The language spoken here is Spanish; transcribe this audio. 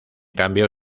cambio